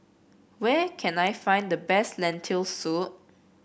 where can I find the best Lentil Soup